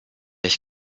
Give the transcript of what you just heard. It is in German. ich